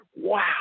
wow